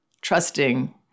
trusting